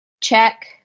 check